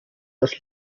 das